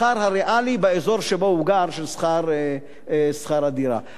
הריאלי של שכר הדירה באזור שבו הוא גר.